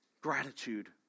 Gratitude